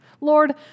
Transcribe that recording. Lord